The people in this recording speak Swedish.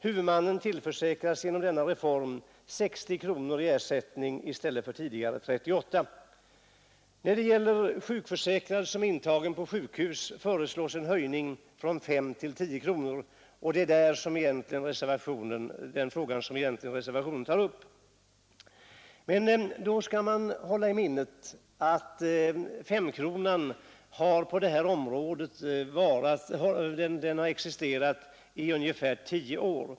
Huvudmannen tillförsäkras genom denna reform 60 kronor i ersättning i stället för tidigare 38 kronor. När det gäller en pensionär som är intagen på sjukhus föreslås en höjning från 5 till 10 kronor. Det är den frågan som reservationen tar upp. Då skall man hålla i minnet att avgiften 5 kronor existerat i ungefär 10 år.